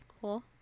Cool